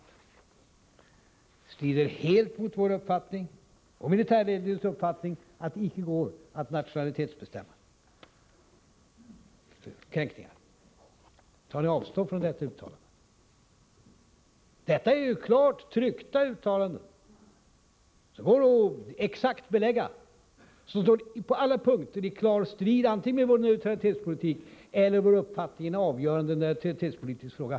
Det strider helt mot vår uppfattning och mot militärledningens uppfattning, nämligen att det icke går att nationalitetsbestämma kränkningarna. Tar ni avstånd från det nämnda uttalandet? Här handlar det om klara, tryckta uttalanden, som det går att exakt belägga. På alla punkter står de i klar strid antingen med vår neutralitetspolitik eller med vår uppfattning i en avgörande neutralitetspolitisk fråga.